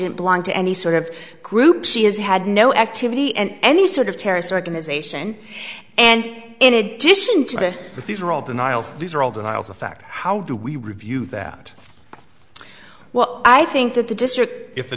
didn't belong to any sort of group she has had no activity and any sort of terrorist organisation and in addition to that these are all denials these are all denials of fact how do we review that well i think that the district if